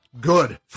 Good